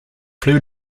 flew